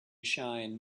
shine